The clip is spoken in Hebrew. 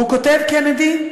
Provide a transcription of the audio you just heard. והוא כותב, קנדי,